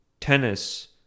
tennis